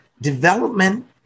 development